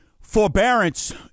forbearance